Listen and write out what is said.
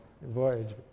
voyage